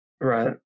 Right